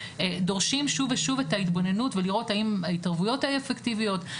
דורשים שוב ושוב את ההתבוננות ולראות האם ההתערבויות האלה אפקטיביות,